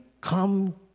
come